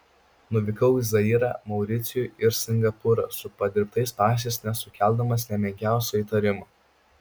nuvykau į zairą mauricijų ir singapūrą su padirbtais pasais nesukeldamas nė menkiausio įtarimo